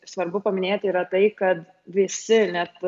svarbu paminėti yra tai kad visi net